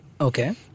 Okay